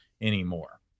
anymore